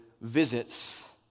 visits